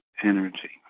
Energy